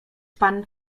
pan